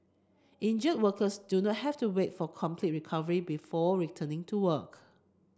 injured workers do not have to wait for complete recovery before returning to work